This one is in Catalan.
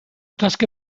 tasca